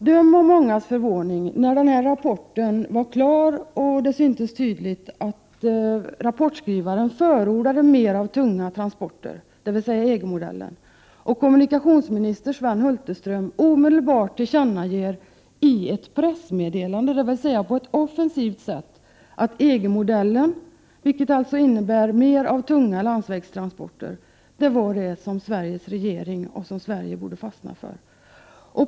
Döm om mångas förvåning när den här rapporten var klar och det syntes Prot. 1988/89:118 tydligt att rapportskrivaren förordade mer av tunga transporter, dvs. 22 maj 1989 EG-modellen. Dessutom tillkännagav dåvarande kommunikationsminister Sven Hulterström omedelbart i ett pressmeddelande, dvs. på ett offensivt sätt, att EG-modellen, vilket alltså innebär mer av tunga landsvägstransporter, var det som Sveriges regering och Sverige borde fastna för.